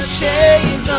chains